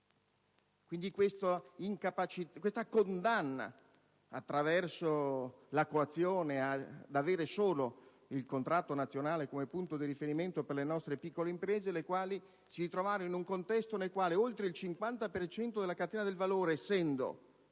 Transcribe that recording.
Quindi, questo condanna, attraverso la coazione, ad avere solo il contratto nazionale come punto di riferimento per le nostre piccole imprese, le quali si ritrovarono in un contesto nel quale, oltre il 50 per cento della catena del valore essendo